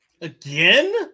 Again